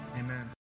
amen